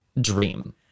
dream